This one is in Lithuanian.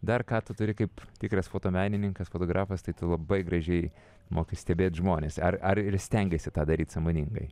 dar ką tu turi kaip tikras fotomenininkas fotografas tai tu labai gražiai moki stebėt žmones ar ar ir stengiesi tą daryt sąmoningai